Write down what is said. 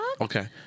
Okay